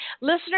Listeners